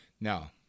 Now